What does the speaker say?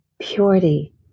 purity